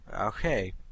Okay